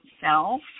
self